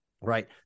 right